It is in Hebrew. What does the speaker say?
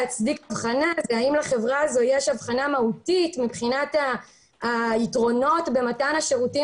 אבחנה מהותית מבחינת היתרונות במתן השירותים